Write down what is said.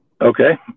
Okay